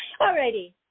Alrighty